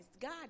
God